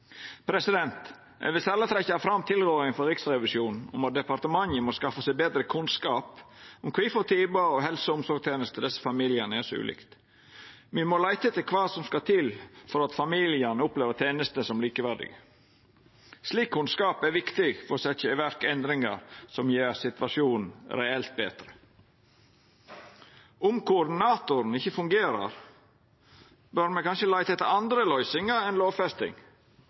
Eg vil særleg trekkja fram tilrådinga frå Riksrevisjonen om at departementet må skaffa seg betre kunnskap om kvifor tilbodet av helse- og omsorgstenester til desse familiane er så ulikt. Me må leita etter kva som skal til for at familiane opplever tenestene som likeverdige. Slik kunnskap er viktig for å setja i verk endringar som gjer situasjonen reelt betre. Om koordinatoren ikkje fungerer, bør me kanskje leita etter andre løysingar enn lovfesting.